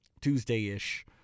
Tuesday-ish